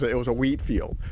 ah it was a wheat field.